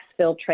exfiltrate